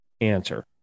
answer